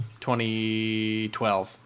2012